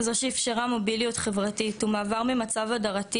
זו שאפשרה מוביליות חברתית ומעבר ממצב הדרתי